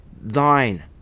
Thine